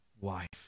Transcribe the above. wife